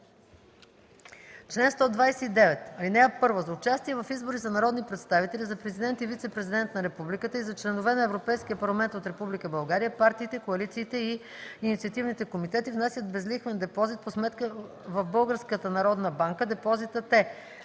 Чл. 129. (1) За участие в избори за народни представители, за президент и вицепрезидент на републиката и за членове на Европейския парламент от Република България партиите, коалициите и инициативните комитети внасят безлихвен депозит по сметка в Българската